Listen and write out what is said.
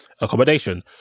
accommodation